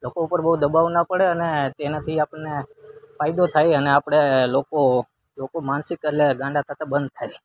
લોકો ઉપર બહુ દબાવ ન પડે અને તેનાથી આપને ફાયદો થાય અને આપણે લોકો લોકો માનસિક એટલે ગાંડા થતા બંધ થાય